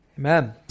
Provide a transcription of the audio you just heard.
Amen